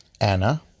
Anna